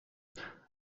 and